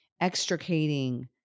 extricating